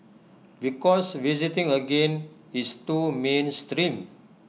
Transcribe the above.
because visiting again is too mainstream